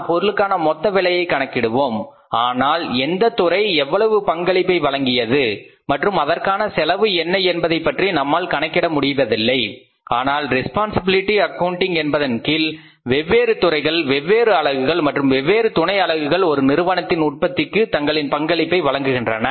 நாம் பொருளுக்கான மொத்த விலையை கணக்கிடுவோம் ஆனால் எந்த துறை எவ்வளவு பங்களிப்பை வழங்கியது மற்றும் அதற்கான செலவு என்ன என்பதை பற்றி நம்மால் கணக்கிட முடியவில்லை ஆனால் ரெஸ்பான்சிபிலிட்டி அக்கவுண்டிங் என்பதன் கீழ் வெவ்வேறு துறைகள் வெவ்வேறு அலகுகள் மற்றும் வெவ்வேறு துணை அலகுகள் ஒரு நிறுவனத்தின் உற்பத்திக்கு தங்களின் பங்களிப்பை வழங்குகின்றன